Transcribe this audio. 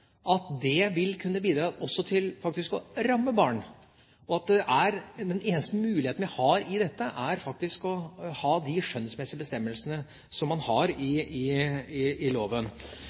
at det vil kunne bidra til også å ramme barn, og at den eneste muligheten vi har i dette, faktisk er å ha de skjønnsmessige bestemmelsene som man har i